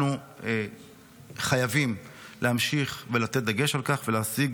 אנחנו חייבים להמשיך ולתת דגש על כך, ולהשיג